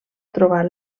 trobar